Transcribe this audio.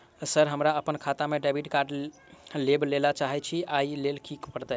Sir हम अप्पन खाता मे डेबिट कार्ड लेबलेल चाहे छी ओई लेल की परतै?